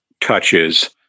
touches